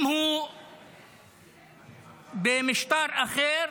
אם הוא במשטר אחר,